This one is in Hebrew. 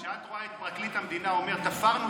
כשאת רואה את פרקליט המדינה אומר: תפרנו